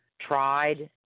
tried